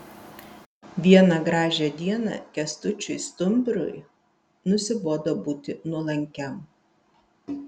vieną gražią dieną kęstučiui stumbrui nusibodo būti nuolankiam